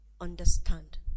understand